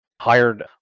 hired